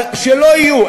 שלא יהיו.